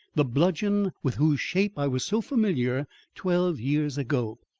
the bludgeon with whose shape i was so familiar twelve years ago!